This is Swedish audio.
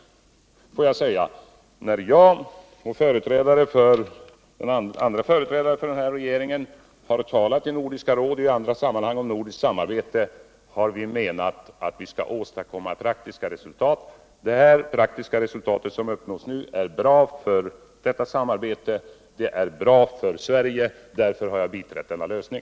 Får jag säga att när jag och andra företrädare för denna regering har talat om nordiskt samarbete, i Nordiska rådet och i andra sammanhang, så har vi menat att vi skall åstadkomma praktiska resultat. Och det praktiska resultat som nu har uppnåtts är bra för detta samarbete, och det är bra för Sverige. Därför har jag biträtt denna lösning.